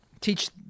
Teach